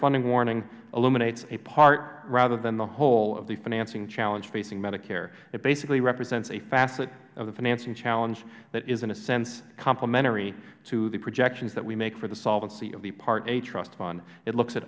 funding warning eliminates a part rather than the whole of the financing challenge facing medicare it basically represents a facet of the financing challenge that is in a sense complementary to the projections that we make for the solvency of the part a trust fund it looks at